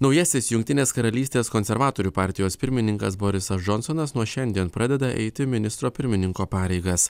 naujasis jungtinės karalystės konservatorių partijos pirmininkas borisas džonsonas nuo šiandien pradeda eiti ministro pirmininko pareigas